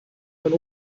mein